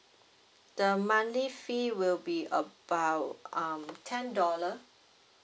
the monthly fee will be about um ten dollar